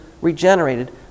regenerated